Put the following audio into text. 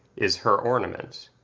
is her ornament